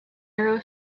narrow